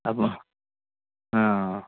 ଆପଣ ହଁ